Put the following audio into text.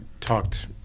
talked